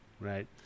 right